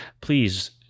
please